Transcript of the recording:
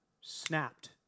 snapped